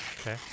Okay